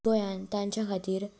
गोंयांत तांच्या खातीर